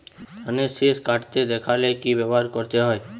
ধানের শিষ কাটতে দেখালে কি ব্যবহার করতে হয়?